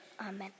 Amen